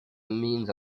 means